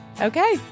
Okay